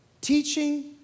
teaching